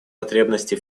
потребности